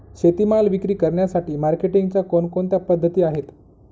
शेतीमाल विक्री करण्यासाठी मार्केटिंगच्या कोणकोणत्या पद्धती आहेत?